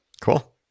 Cool